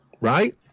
right